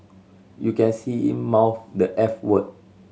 you can see him mouth the eff word